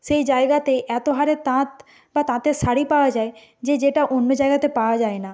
সেই জায়গাতেই এতো হারে তাঁত বা তাঁতের শাড়ি পাওয়া যায় যে যেটা অন্য জায়গাতে পাওয়া যায় না